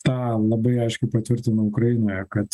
tą labai aiškiai patvirtina ukrainoje kad